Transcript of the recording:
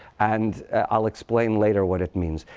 and i'll explain later what it means.